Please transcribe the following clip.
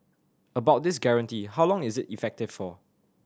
about this guarantee how long is it effective for